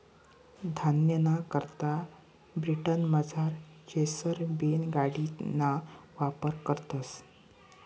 धान्यना करता ब्रिटनमझार चेसर बीन गाडिना वापर करतस